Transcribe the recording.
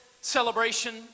celebration